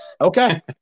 Okay